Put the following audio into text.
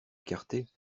écartées